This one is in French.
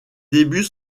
débuts